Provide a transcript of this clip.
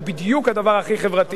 הוא בדיוק הדבר הכי חברתי.